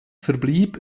verblieb